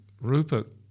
Rupert